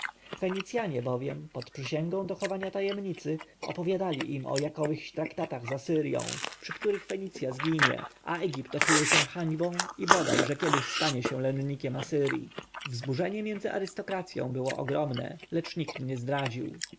wypadki fenicjanie bowiem pod przysięgą dochowania tajemnicy opowiadali im o jakowychś traktatach z asyrją przy których fenicja zginie a egipt okryje się hańbą i bodaj że kiedyś stanie się lennikiem asyrji wzburzenie między arystokracją było ogromne lecz nikt się nie zdradził